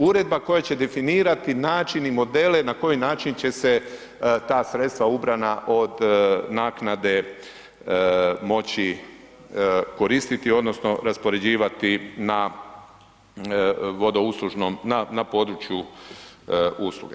Uredba koja će definirati način i modele na koji način će se ta sredstva ubrana od naknade moći koristiti odnosno raspoređivati na vodo uslužnom, na području usluge.